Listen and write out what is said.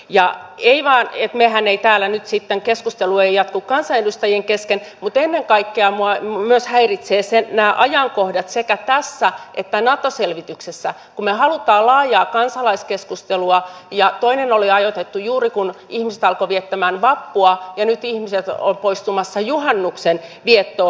ja ei vain että keskustelu ei jatku kansanedustajien kesken mutta ennen kaikkea minua häiritsevät nämä ajankohdat sekä tässä että nato selvityksessä kun me haluamme laajaa kansalaiskeskustelua ja toinen oli ajoitettu juuri kun ihmiset alkoivat viettämään vappua ja nyt ihmiset ovat poistumassa juhannuksen viettoon